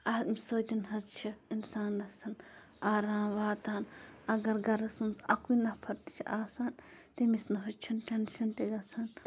اَمہِ سۭتۍ حظ چھِ اِنسانَس آرام واتان اگر گَرَس منٛز اَکُے نَفر تہِ چھِ آسان تٔمِس نہٕ حظ چھُنہٕ ٹٮ۪نشَن تہِ گژھان